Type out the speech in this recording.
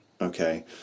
okay